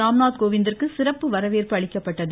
ராம்நாத் கோவிந்திற்கு சிறப்பு வரவேற்பு அளிக்கப்பட்டது